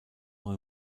noch